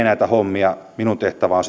näitä hommia minun tehtäväni on